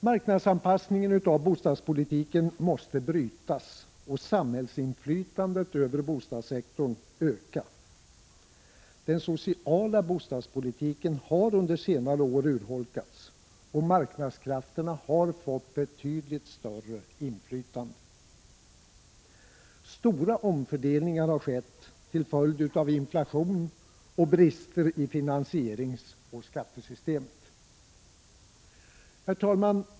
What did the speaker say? Marknadsanpassningen av bostadspolitiken måste brytas och samhällsinflytandet över bostadssektorn öka. Den sociala bostadspolitiken har under senare år urholkats, och marknadskrafterna har fått betydligt större inflytande. Stora omfördelningar har skett till följd av inflation och brister i finansieringsoch skattesystemet. Herr talman!